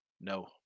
No